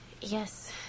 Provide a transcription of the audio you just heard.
Yes